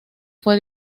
fue